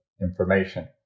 information